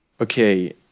okay